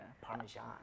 Parmesan